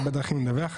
יש הרבה דרכים לדווח,